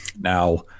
Now